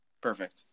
Perfect